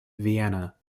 vienna